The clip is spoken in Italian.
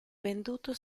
venduto